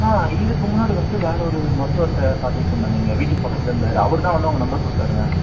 ஆ இதுக்கு முன்னாடி வந்து வேறு ஒரு மருத்துவர்கிட்ட காட்டிகிட்டு இருந்தோங்க இங்கே வீட்டுக்கு பக்கத்தில் இருந்தார் அவர்தான் வந்து உங்கள் நம்பர் கொடுத்தாருங்க